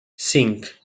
cinc